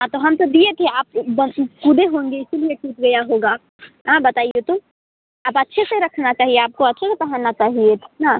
हाँ तो हम तो दिए थे आप कूदे होंगे इसीलिए टूट गया होगा हाँ बताइए तो आप अच्छे से रखना चाहिए आपको अच्छे से पहनना चाहिए न